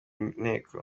nteko